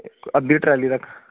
इक अद्धी ट्राल्ली तक